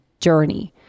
journey